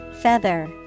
Feather